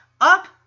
up